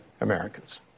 Americans